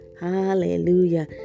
hallelujah